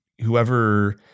whoever